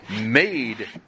made